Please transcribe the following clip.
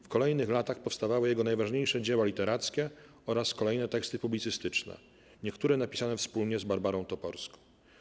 W kolejnych latach powstawały jego najważniejsze dzieła literackie oraz kolejne teksty publicystyczne, niektóre napisane wspólnie z Barbarą Toporską.